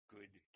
good